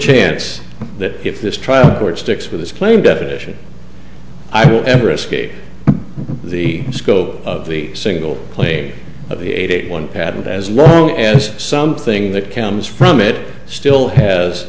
chance that if this trial court sticks with its claim definition i will ever escape the scope of the single play of the eight one patent as long as something that comes from it still has